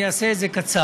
אני אעשה את זה קצר,